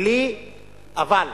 בלי אבל.